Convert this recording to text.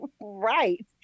right